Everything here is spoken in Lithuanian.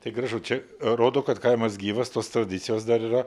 tai gražu čia rodo kad kaimas gyvas tos tradicijos dar yra